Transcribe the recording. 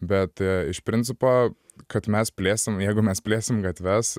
bet iš principo kad mes plėsim jeigu mes plėsim gatves